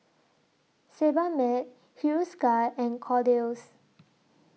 Sebamed Hiruscar and Kordel's